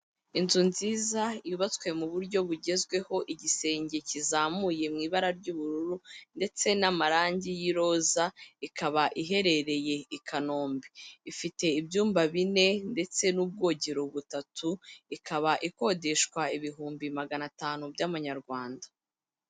Inzu nziza yubatswe mu buryo bugezweho, igisenge kizamuye mu ibara ry'ubururu ndetse n'amarangi y'iroza, ikaba iherereye i Kanombe, ifite ibyumba bine ndetse n'ubwogero butatu, ikaba ikodeshwa ibihumbi magana atanu by'amanyarwanda.